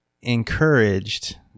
encouraged